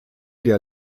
der